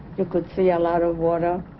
you could see a lot of water